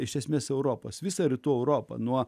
iš esmės europos visą rytų europą nuo